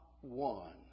one